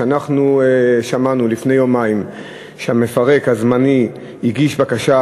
שמענו לפני יומיים שהמפרק הזמני הגיש בקשה